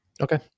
Okay